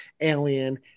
alien